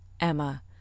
Emma